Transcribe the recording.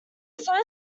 slow